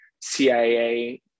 CIA